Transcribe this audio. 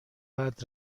بعد